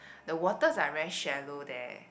the waters are very shallow there